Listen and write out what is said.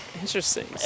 Interesting